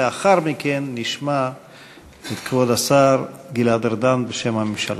לאחר מכן נשמע את כבוד השר גלעד ארדן, בשם הממשלה.